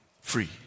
free